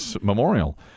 memorial